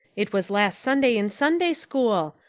it was last sunday in sunday school.